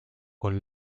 con